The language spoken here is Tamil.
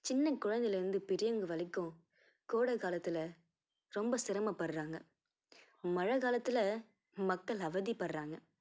சின்ன குழந்தைலேருந்து பெரியவங்கள் வரைக்கும் கோடக்காலத்தில் ரொம்ப சிரமப்படுறாங்கள் மழைக்காலத்துல மக்கள் அவதிபடுறாங்க